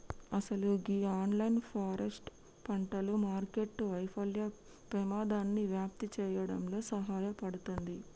అసలు గీ analogue forest పంటలు మార్కెట్టు వైఫల్యం పెమాదాన్ని వ్యాప్తి సేయడంలో సహాయపడుతుంది